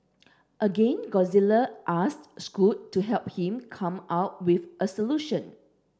again Gonzalez asked Scoot to help him come up with a solution